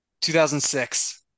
2006